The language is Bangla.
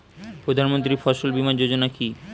প্রধানমন্ত্রী ফসল বীমা যোজনা কি?